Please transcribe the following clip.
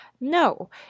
No